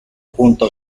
junto